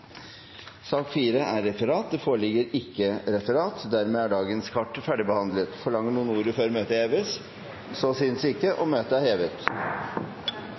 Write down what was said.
Det foreligger ikke noe referat. Dermed er dagens kart ferdigbehandlet. Forlanger noen ordet før møtet heves? Så synes ikke. – Møtet er hevet.